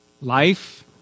Life